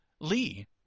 Lee